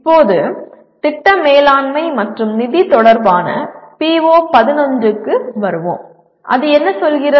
இப்போது திட்ட மேலாண்மை மற்றும் நிதி தொடர்பான PO11 க்கு வருகிறது அது என்ன சொல்கிறது